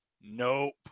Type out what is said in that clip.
Nope